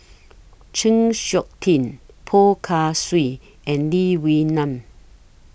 Chng Seok Tin Poh Kay Swee and Lee Wee Nam